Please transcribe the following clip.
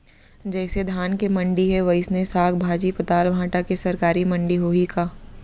जइसे धान के मंडी हे, वइसने साग, भाजी, पताल, भाटा के सरकारी मंडी होही का?